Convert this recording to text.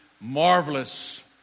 Marvelous